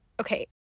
okay